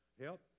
help